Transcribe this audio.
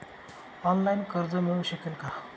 Online कर्ज मिळू शकेल का?